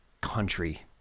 country